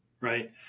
right